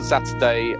Saturday